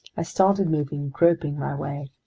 i started moving, groping my way.